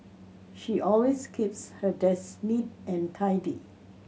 she always keeps her desk neat and tidy